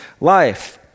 life